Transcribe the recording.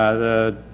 the.